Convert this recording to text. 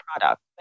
product